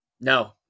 no